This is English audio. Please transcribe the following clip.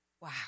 Wow